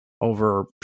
over